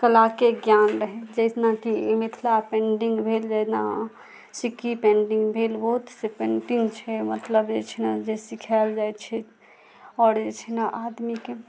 कलाके ज्ञान रहै जनाकि मिथिला पेन्टिंग भेल जहिना सिक्की पेन्टिंग भेल बहुत से पेन्टिंग छै मतलब जे छै ने जे सिखाएल जाइ छै आओर जे छै ने आदमीके